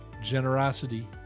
generosity